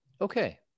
Okay